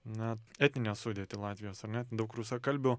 na etninę sudėtį latvijos ar ne daug rusakalbių